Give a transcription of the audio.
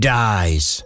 dies